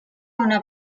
una